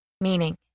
Meaning